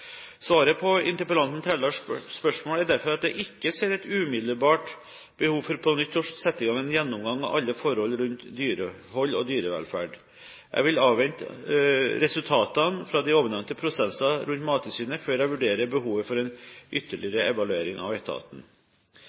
Svaret på interpellanten Trældals spørsmål er derfor at jeg ikke ser et umiddelbart behov for på nytt å sette i gang en gjennomgang av alle forholdene rundt dyrehold og dyrevelferd. Jeg vil avvente resultatene fra de ovennevnte prosesser rundt Mattilsynet før jeg vurderer behovet for en ytterligere evaluering av etaten.